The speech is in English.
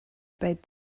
bade